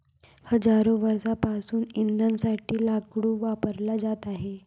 हजारो वर्षांपासून इंधनासाठी लाकूड वापरला जात आहे